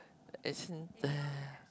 as in the